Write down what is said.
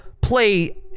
Play